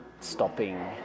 stopping